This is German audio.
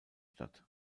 stadt